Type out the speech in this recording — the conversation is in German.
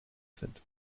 sind